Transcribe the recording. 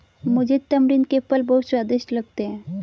मुझे तमरिंद के फल बहुत स्वादिष्ट लगते हैं